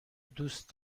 دوست